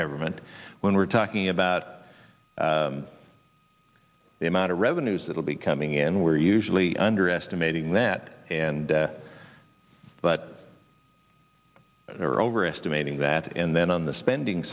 government when we're talking about the amount of revenues that will be coming in we're usually under estimating that and but there are over estimating that and then on the spending